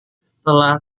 setelah